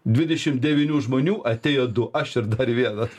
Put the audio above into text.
dvidešimt devynių žmonių atėjo du aš ir dar vienas